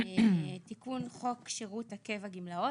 תיקון חוק שירות הקבע (גמלאות).